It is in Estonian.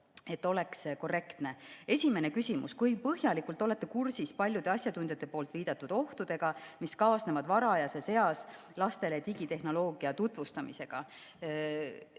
et oleks korrektne. Esimene küsimus: "Kui põhjalikult olete kursis paljude asjatundjate poolt viidatud ohtudega, mis kaasnevad varajases eas lastele digitehnoloogia tutvustamisega?"